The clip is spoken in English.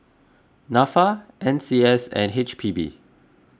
Nafa N C S and H P B